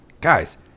guys